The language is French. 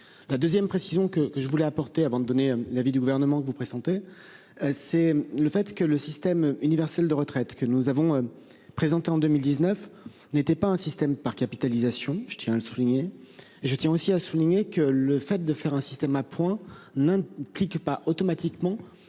La 2ème, précisons que que je voulais apporter avant de donner l'avis du gouvernement que vous présentez. C'est le fait que le système universel de retraite que nous avons présenté en 2019 n'était pas un système par capitalisation. Je tiens à le souligner. Je tiens aussi à souligner que le fait de faire un système à points n'implique pas automatiquement